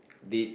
did